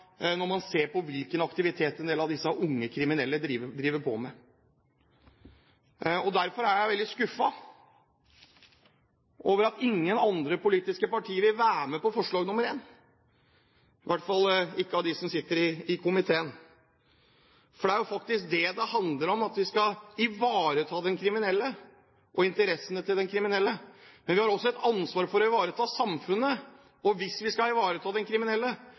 når man ser på hvilken aktivitet en del av disse unge kriminelle driver med. Derfor er jeg veldig skuffet over at ingen andre politiske partier vil være med på forslag nr. 1, i hvert fall ikke av de partiene som sitter i komiteen. For det er jo faktisk det det handler om: Vi skal ivareta den kriminelle og interessene til den kriminelle, men vi har også et ansvar for å ivareta samfunnet. Og hvis vi skal ivareta den kriminelle,